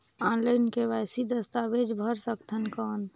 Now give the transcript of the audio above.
Online KYC दस्तावेज भर सकथन कौन?